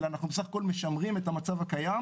אלא בסך הכול אנחנו משמרים את המצב הקיים